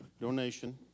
donation